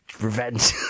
Revenge